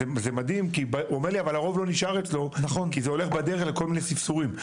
אבל הרוב לא נשאר אצלו כי זה הולך בדרך לכל מיני ספסורים.